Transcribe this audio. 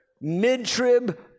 mid-trib